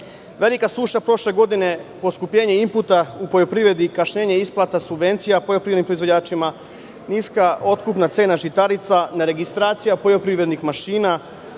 Velika suša prošle godine, poskupljenje imputa u poljoprivredi, kašnjenje isplata subvencija poljoprivrednim proizvođačima, niska otkupna cena žitarica, neregistracija poljoprivrednih mašina,